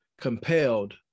Compelled